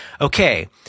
okay